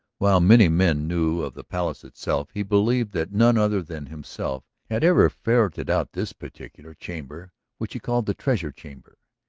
while many men knew of the palace itself, he believed that none other than himself had ever ferreted out this particular chamber which he called the treasure chamber.